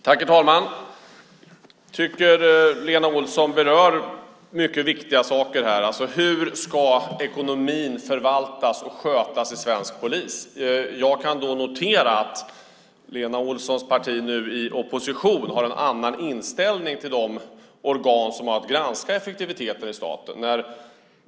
Herr talman! Jag tycker att Lena Olsson berör mycket viktiga saker här. Hur ska ekonomin förvaltas och skötas hos svensk polis? Jag kan då notera att Lena Olssons parti nu i opposition har en annan inställning till de organ som har att granska effektiviteten i staten.